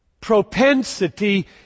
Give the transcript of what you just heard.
propensity